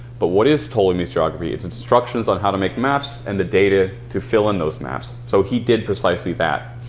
but what is ptolemy's geography? it is instructions on how to make maps and the data to fill in those maps. so he did precisely that,